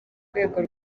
rwego